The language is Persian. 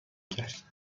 گشت